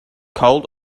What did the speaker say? cold